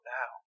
now